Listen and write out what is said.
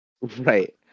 Right